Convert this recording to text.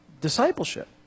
discipleship